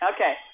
Okay